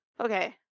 okay